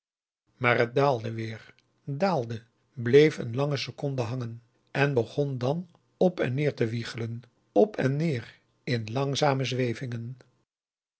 maar het daalde weer daalde bleef een lange seconde hangen en begon dan op en neer te wiegelen op en neer in langzame zwevingen